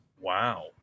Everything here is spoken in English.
wow